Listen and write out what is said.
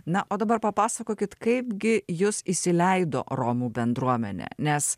na o dabar papasakokit kaip gi jus įsileido romų bendruomenė nes